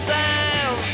time